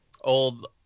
old